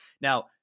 Now